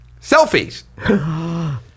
selfies